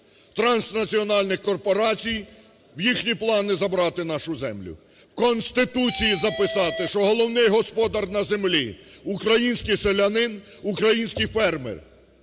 транснаціональних корпорацій, в їхні плани забрати нашу землю. В Конституції записати, головний господар на землі – український селянин, український фермер,